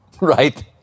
right